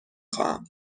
خواهم